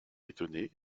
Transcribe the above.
étonné